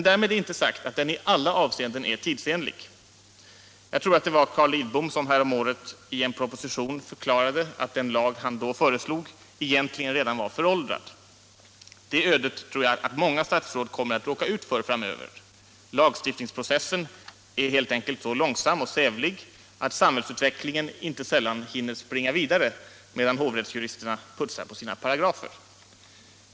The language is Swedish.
Därmed är inte sagt att den i alla avseenden är tidsenlig. Jag tror det var Carl Lidbom som häromåret i en proposition förklarade att den lag som han då föreslog egentligen redan var föråldrad. Det ödet tror jag att många statsråd kommer att råka ut för framöver — lagstiftningsprocessen är helt enkelt så långsam och sävlig att samhällsutvecklingen inte sällan hinner springa vidare medan hovrättsjuristerna putsar på sina paragrafer.